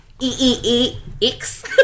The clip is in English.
E-E-E-X